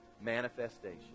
manifestation